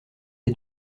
est